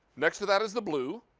next to that is the blue.